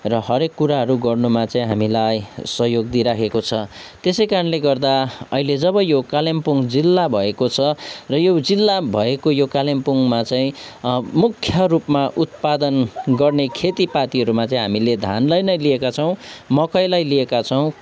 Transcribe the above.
र हरेक कुराहरू गर्नुमा चाहिँ हामीलाई सहयोग दिइरहेको छ त्यसै कारणले गर्दा अहिले जब यो कालिम्पोङ जिल्ला भएको छ र यो जिल्ला भएको यो कालिम्पोङमा चाहिँ मुख्य रूपमा उत्पादन गर्ने खेतीपातीहरूमा चाहिँ हामीले धानलाई नै लिएका छौँ मकैलाई लिएका छौँ